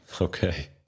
Okay